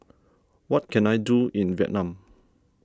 what can I do in Vietnam